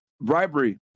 bribery